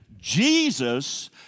Jesus